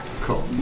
Cool